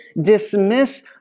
dismiss